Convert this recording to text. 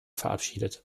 verabschiedet